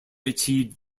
achieved